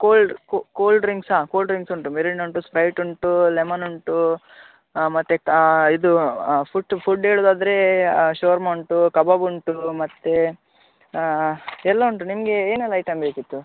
cold cold ಡ್ರಿಂಕ್ಸಾ cold drinks ಉಂಟು Mirinda ಉಂಟು ಸ್ಪ್ರೈಟ್ ಉಂಟು ಲೆಮನ್ ಉಂಟು ಮತ್ತು ಇದು ಫುಟ್ ಫುಡ್ ಹೇಳೋದಾದ್ರೇ ಶವರ್ಮ ಉಂಟು ಕಬಾಬ್ ಉಂಟು ಮತ್ತೆ ಎಲ್ಲ ಉಂಟು ನಿಮಗೇ ಏನೆಲ್ಲ ಐಟಮ್ ಬೇಕಿತ್ತು